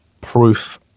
Proof